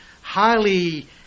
highly